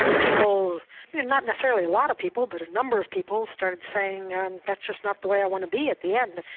people not necessarily a lot of people but a number of people started saying that's just not the way i want to be at the end.